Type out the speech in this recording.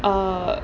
err